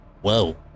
Whoa